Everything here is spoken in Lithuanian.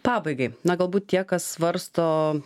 pabaigai na galbūt tie kas svarsto